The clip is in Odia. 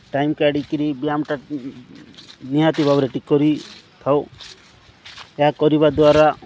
ଟାଇମ୍ କାଡ଼ିକିରି ବ୍ୟାୟାମଟା ନିହାତି ଭାବରେ ଟିକିଏ କରିଥାଉ ଏହା କରିବା ଦ୍ୱାରା